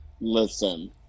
Listen